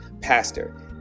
pastor